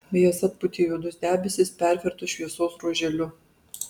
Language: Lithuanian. vėjas atpūtė juodus debesis pervertus šviesos ruoželiu